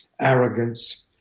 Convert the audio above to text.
arrogance